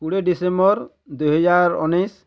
କୋଡ଼ିଏ ଡିସେମ୍ବର ଦୁଇ ହଜାର ଉଣେଇଶ